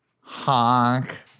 Honk